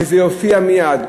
וזה יופיע מייד.